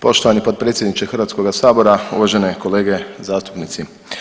Poštovani potpredsjedniče Hrvatskoga sabora, uvažene kolege zastupnici.